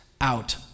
out